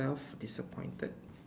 self disappointed